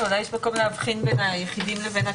אולי יש מקום להבחין בין היחידים לבין התאגידים.